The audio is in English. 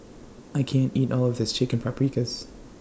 I can't eat All of This Chicken Paprikas